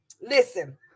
Listen